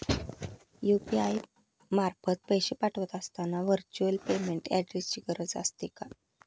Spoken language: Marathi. यु.पी.आय मार्फत पैसे पाठवत असताना व्हर्च्युअल पेमेंट ऍड्रेसची गरज असते का?